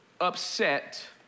upset